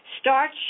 starch